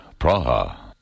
Praha